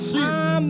Jesus